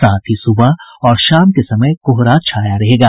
साथ ही सुबह और शाम के समय कोहरा छाया रहेगा